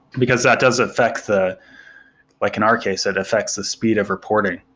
because that does affect the like in our case, that affects the speed of reporting.